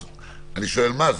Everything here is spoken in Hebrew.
אני שואל מה זה?